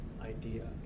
idea